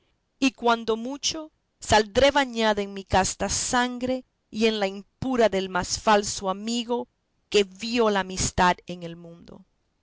y cuando mucho saldré bañada en mi casta sangre y en la impura del más falso amigo que vio la amistad en el mundo